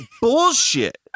bullshit